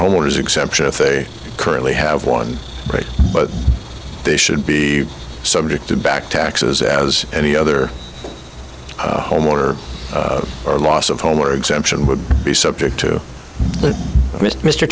homeowners exception if they currently have one right but they should be subject to back taxes as any other homeowner or loss of home or exemption would be subject to mr